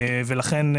לכן,